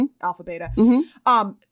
Alpha-Beta